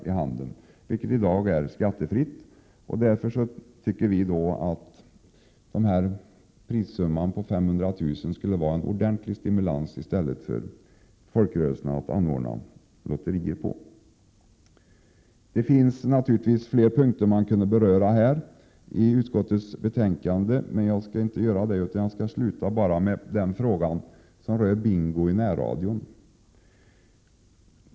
Detta är i dag skattefritt. Därför bör prissumman på 500 000 kr. vara en ordentlig stimulans för folkrörelserna att anordna lotterier. Det finns naturligtvis fler punkter i utskottets betänkande som jag kunde kommentera, men jag skall i stället avsluta med att beröra frågan om bingo i närradion.